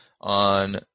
on